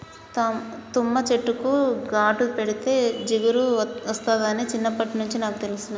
తుమ్మ చెట్టుకు ఘాటు పెడితే జిగురు ఒస్తాదని చిన్నప్పట్నుంచే నాకు తెలుసును